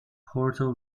portal